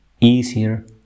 easier